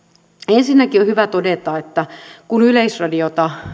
ensinnäkin on hyvä todeta että kun on arvioitu yleisradiota